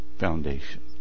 foundation